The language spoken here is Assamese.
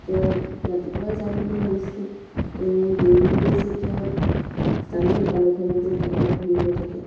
এতিয়া ৰাতিপুৱাই যাম বুলি ভাবিছিলোঁ তেওঁ দেৰি কৰিছে এতিয়া জানেই কামাখ্যা মন্দিৰত কেনেকুৱা ভিৰ হৈ থাকে